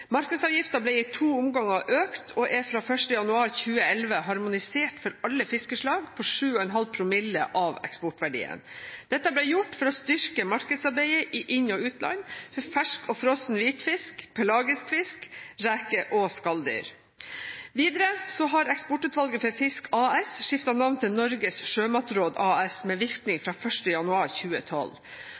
Markedsavgiften ble økt i to omganger og er fra 1. januar 2011 harmonisert for alle fiskeslag på 7,5 promille av eksportverdien. Dette ble gjort for å styrke markedsarbeidet i inn- og utland for fersk og frossen hvitfisk, pelagisk fisk, reker og skalldyr. Videre har Eksportutvalget for fisk AS skiftet navn til Norges sjømatråd AS med virkning fra 1. januar 2012.